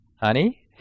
honey